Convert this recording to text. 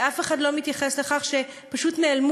ואף אחד לא מתייחס לכך שפשוט נעלמו